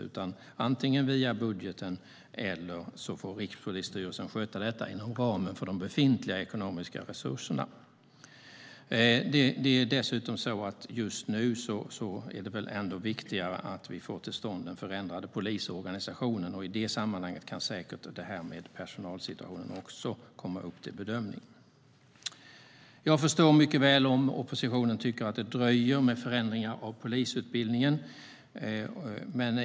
Det ska antingen ske via budgeten eller genom att Rikspolisstyrelsen sköter det hela inom ramen för de befintliga ekonomiska resurserna. Just nu är det dessutom viktigare att vi får till stånd den förändrade polisorganisationen. I det sammanhanget kan säkert personalsituationen också komma upp till bedömning. Jag förstår mycket väl om oppositionen tycker att det dröjer med förändringar av polisutbildningen.